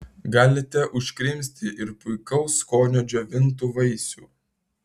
galite užkrimsti ir puikaus skonio džiovintų vaisių